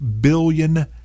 billion